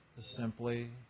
Simply